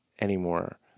anymore